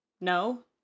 No